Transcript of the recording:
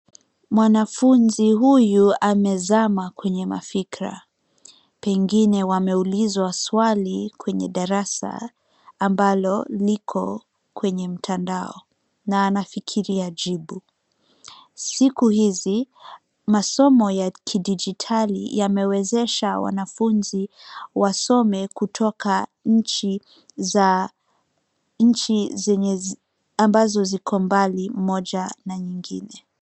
Mwanafunzi huyu amezama kwenye mafikira, pengine wameulizwa swali kwenye darasa ambalo liko kwenye mtandao na anafikiria jibu. Siku izi masomo ya kidigitali yamewezesha wanafunzi wasome kutoka nchi ambazo ziko mbali moja na nyingine.